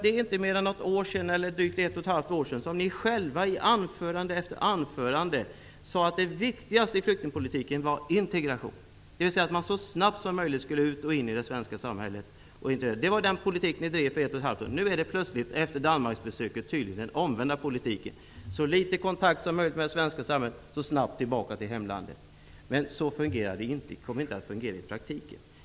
Det är inte mer än drygt ett och ett halvt år sedan som ni i Ny demokrati i anförande efter anförande sade att det viktigaste i flyktingpolitiken var integration, dvs. att flyktingarna så snabbt som möjligt skulle in i det svenska samhället. Det var den politik ni drev för ett och ett halvt år sedan. Nu är det plötsligt efter Danmarksbesöket tydligen den omvända politiken som gäller. Flyktingarna skall ha så litet kontakt med det svenska samhället som möjligt och så snabbt som möjligt åka tillbaka till hemlandet. Så kommer det inte att fungera i praktiken.